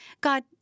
God